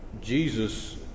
Jesus